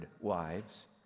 wives